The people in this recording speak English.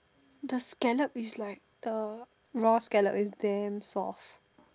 the scallop it's like the raw scallop it's damn soft